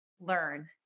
learn